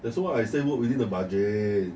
that's why I say work within the budget